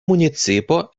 municipo